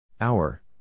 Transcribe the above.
Hour